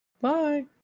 Bye